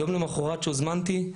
יום למוחרת כשהוזמנתי,